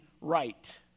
right